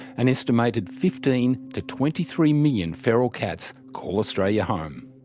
an estimated fifteen to twenty three million feral cats call australia home.